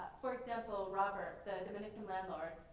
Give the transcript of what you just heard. for example, robert, the dominican landlord,